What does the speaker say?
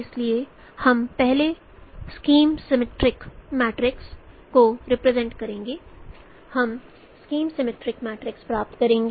इसलिए हम पहले स्कीम सिमेट्रिक मैट्रिक्स को रिप्रेजेंट करेंगे हम स्कीम सिमेट्रिक मैट्रिक्स प्राप्त करेंगे